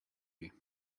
you